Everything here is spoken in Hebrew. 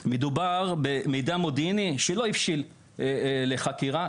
מדובר במידע מודיעיני שלא הבשיל לחקירה,